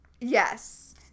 Yes